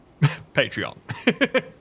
Patreon